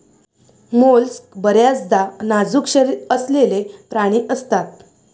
mollusc बर्याचदा नाजूक शरीर असलेले प्राणी असतात